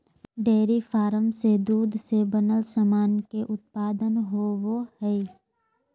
dairy farm से दूध से बनल सामान के उत्पादन होवो हय